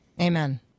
Amen